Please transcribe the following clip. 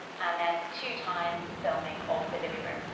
and then the two times filming of the living room.